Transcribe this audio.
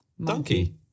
Donkey